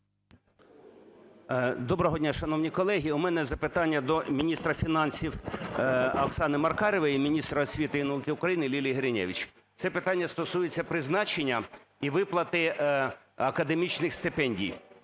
Доброго дня, шановні колеги! У мене запитання до міністра фінансів Оксани Маркарової, міністра освіти і науки України Лілії Гриневич. Це питання стосується призначення і виплати академічних стипендій.